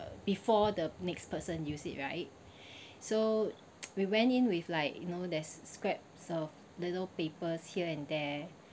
before the next person use it right so we went in with like you know there's scrap of litter papers here and there